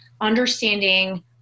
understanding